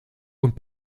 und